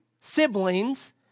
siblings